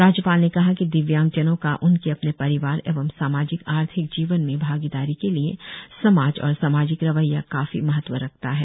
राज्यपाल ने कहा कि दिव्यांगजनों का उनके अपने परिवार एवं सामाजिक आर्थिक जीवन में भागीदारी के लिए समाज और सामाजिक रवैया काफी महत्व रखता है